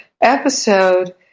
episode